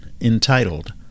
entitled